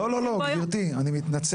לא, לא, גברתי, אני מתנצל.